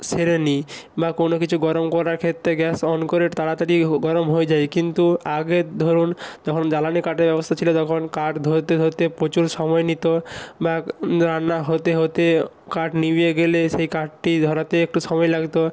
সেরে নিই বা কোনো কিছু গরম করার ক্ষেত্রে গ্যাস অন করে তাড়াতাড়ি হো গরম হয়ে যায় কিন্তু আগে ধরুন যখন জ্বালানি কাঠের ব্যবস্থা ছিলো তখন কাঠ ধরতে ধরতে প্রচুর সময় নিত বা রান্না হতে হতে কাঠ নিভে গেলে সেই কাঠটি ধরাতে একটু সময় লাগতো